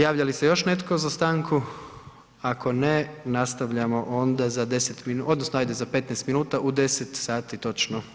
Javlja li se još netko za stanku, ako ne nastavljamo onda za 10 minuta odnosno ajde za 15 minuta u 10 sati točno.